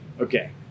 Okay